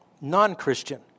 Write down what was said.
non-Christian